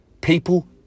People